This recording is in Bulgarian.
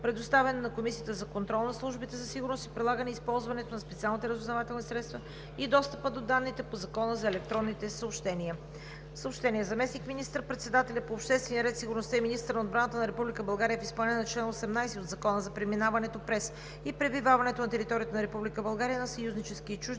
Предоставен е на Комисията за контрол над службите за сигурност, прилагането и използването на специалните разузнавателни средства и достъпа до данните по Закона за електронните съобщения.